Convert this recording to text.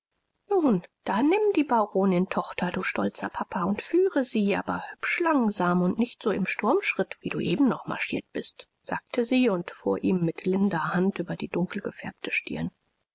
nun da nimm die baronin tochter du stolzer papa und führe sie aber hübsch langsam nicht so im sturmschritt wie du eben noch marschiert bist sagte sie und fuhr ihm mit linder hand über die dunkelgefärbte stirn